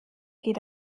geht